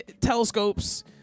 telescopes